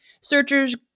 Searchers